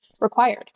required